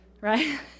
Right